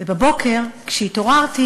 בבוקר כשהתעוררתי